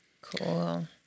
Cool